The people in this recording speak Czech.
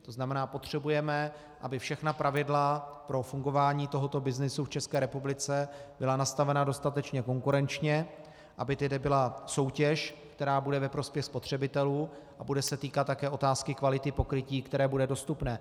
To znamená, potřebujeme, aby všechna pravidla pro fungování tohoto byznysu v ČR byla nastavena dostatečně konkurenčně, aby tady byla soutěž, která bude ve prospěch spotřebitelů a bude se týkat také otázky kvality pokrytí, které bude dostupné.